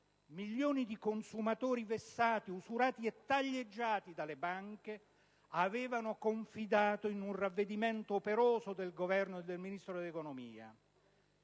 milioni di consumatori vessati, usurati e taglieggiati dalle banche avevano confidato in un ravvedimento operoso del Governo e del ministro dell'economia